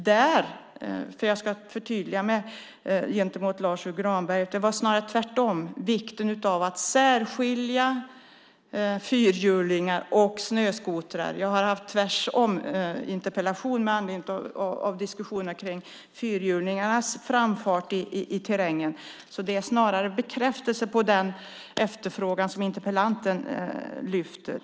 Där - jag ska förtydliga mig gentemot Lars U Granberg - gällde det tvärtom snarare vikten av att särskilja fyrhjulingar och snöskotrar. Jag har fått en tvärsominterpellation med anledning av diskussionen om fyrhjulingarnas framfart i terrängen. Det är snarare en bekräftelse på den efterfrågan som interpellanten lyfter fram.